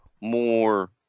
more